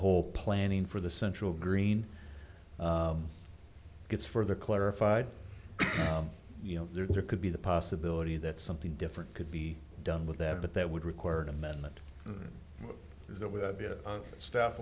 whole planning for the central green gets further clarified you know there could be the possibility that something different could be done with that but that would require an amendment that would be a staff